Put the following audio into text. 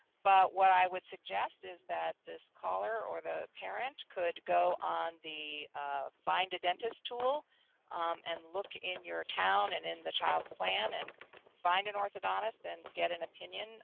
but what i would suggest is that this caller or the parent could go on the find a dentist tool and look in your town and in the child's plan and find an orthodontist and get an opinion